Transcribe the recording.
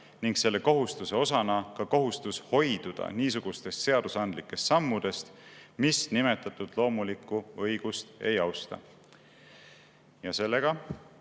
ning selle kohustuse osana ka kohustus hoiduda niisugustest seadusandlikest sammudest, mis nimetatud loomulikku õigust ei austa? Annan